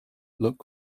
look